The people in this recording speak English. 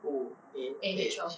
who A H